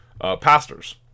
pastors